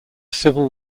civil